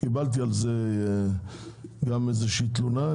קיבלתי על כך איזושהי תלונה.